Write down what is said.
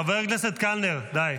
--- חבר הכנסת קלנר, די.